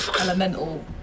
elemental